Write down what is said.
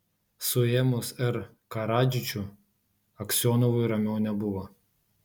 suėmus r karadžičių aksionovui ramiau nebuvo